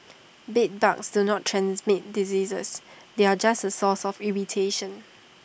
bedbugs do not transmit diseases they are just A source of irritation